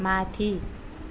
माथि